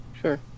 Sure